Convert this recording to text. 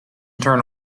turn